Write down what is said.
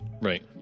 right